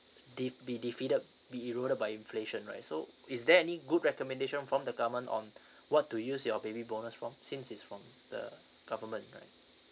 de~ be defeated be eroded by inflation right so is there any good recommendation from the government on what to use your baby bonus from since is from the government right